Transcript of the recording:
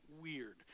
weird